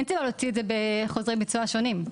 אין סיבה להוציא את זה בחוזרי ביצוע שונים.